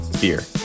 beer